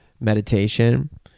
meditation